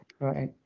right